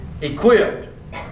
Equipped